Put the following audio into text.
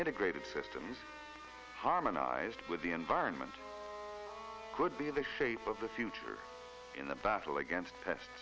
integrated systems harmonized with the environment could be like shape of the future in the battle against pe